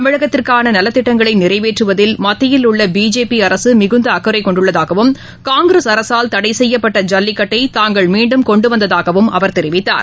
தமிழகத்திற்கானநலத்திட்டங்களைநிறைவேற்றுவதில் மத்தியில் உள்ளபிஜேபிஅரசுமிகுந்தஅக்கறைகொண்டுள்ளதாகவும் காங்கிரஸ் தடைசெய்யப்பட்ட அரசால் ஜல்லிக்கட்டைதாங்கள் மீண்டும் கொண்டுவந்ததாகஅவர் தெரிவித்தார்